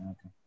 Okay